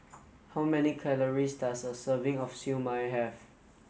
how many calories does a serving of Siew Mai have